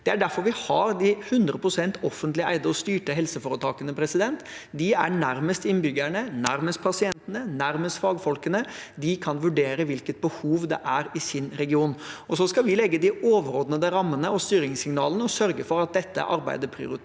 Det er derfor vi har de 100 pst. offentlig eide og styrte helseforetakene. De er nærmest innbyggerne, nærmest pasientene, nærmest fagfolkene, de kan vurdere hvilket behov det er i sin region. Så skal vi legge de overordnede rammene og styringssignalene og sørge for at dette arbeidet prioriteres,